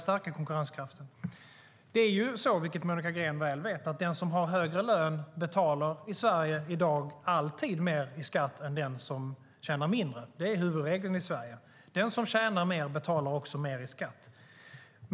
Monica Green vet mycket väl att den som har högre lön betalar i Sverige i dag alltid mer i skatt än den som tjänar mindre. Det är huvudregeln i Sverige. Den som tjänar mer betalar också mer i skatt.